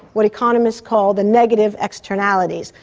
what economists call the negative externalities,